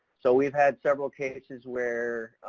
so, we've had several cases where,